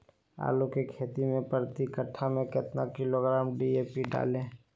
आलू की खेती मे प्रति कट्ठा में कितना किलोग्राम डी.ए.पी डाले?